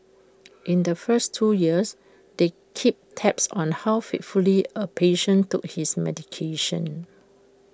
in the first two years they kept tabs on how faithfully A patient took his medication